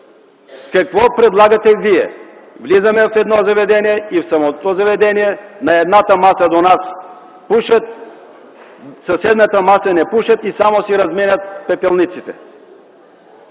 Какво предлагате вие? Влизаме в едно заведение и в самото заведение на едната маса до нас пушат, на съседната маса не пушат и само си разменят пепелниците.